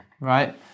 right